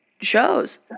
shows